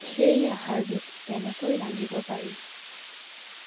সেই আহাৰবিধ কেনেকৈ ৰান্ধিব পাৰি